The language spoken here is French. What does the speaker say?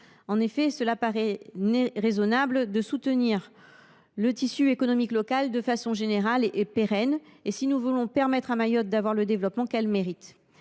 ans. Il paraît raisonnable de soutenir le tissu économique local de façon générale et pérenne si nous voulons permettre à Mayotte d’avoir le développement qu’elle mérite.